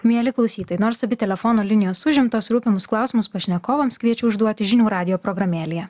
mieli klausytojai nors abi telefono linijos užimtos rūpimus klausimus pašnekovams kviečiu užduoti žinių radijo programėlėje